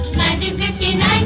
1959